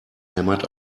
hämmert